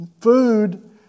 food